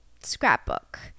scrapbook